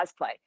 cosplay